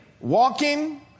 walking